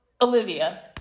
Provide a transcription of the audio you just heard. Olivia